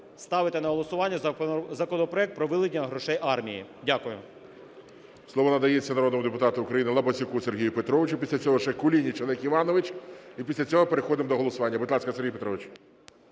ставити на голосування законопроект про виділення грошей армії. Дякую. ГОЛОВУЮЧИЙ. Слово надається народному депутату України Лабазюку Сергію Петровичу. Після цього ще Кулініч Олег Іванович. І після цього переходимо до голосування. Будь ласка, Сергій Петрович.